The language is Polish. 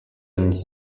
nic